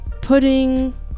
pudding